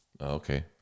Okay